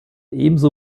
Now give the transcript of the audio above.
ebenso